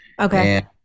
Okay